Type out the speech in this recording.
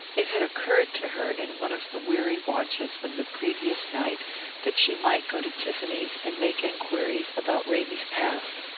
it had occurred to her in one of the weary watches of the previous night that she might go to tiffany's and make enquiries about ramy's past.